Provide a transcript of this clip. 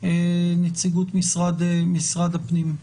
נציגות משרד הפנים.